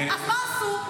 אז מה עשו?